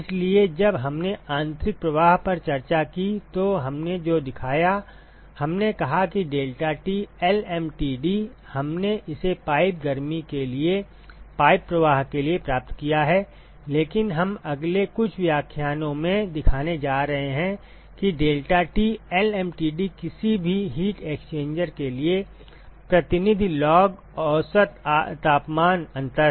इसलिए जब हमने आंतरिक प्रवाह पर चर्चा की तो हमने जो दिखाया हमने कहा कि deltaT LMTD हमने इसे पाइप गर्मी के लिए पाइप प्रवाह के लिए प्राप्त किया है लेकिन हम अगले कुछ व्याख्यानों में दिखाने जा रहे हैं कि deltaT LMTD किसी भी हीट एक्सचेंजर के लिए प्रतिनिधि लॉग औसत तापमान अंतर है